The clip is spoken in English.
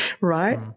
Right